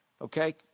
Okay